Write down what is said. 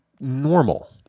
normal